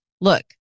look